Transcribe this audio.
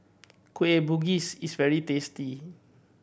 Kueh Bugis is very tasty